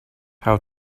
how